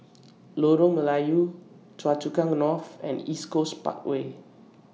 Lorong Melayu Choa Chu Kang North and East Coast Parkway